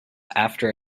after